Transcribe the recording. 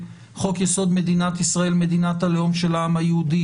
בחוק-יסוד: מדינת ישראל - מדינת הלאום של העם היהודי?